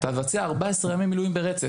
תבצע 14 ימים ברצף.